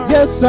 Yes